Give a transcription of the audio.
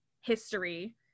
history